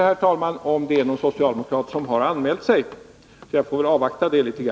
Jag vet inte om någon socialdemokrat har anmält sig, så jag avvaktar.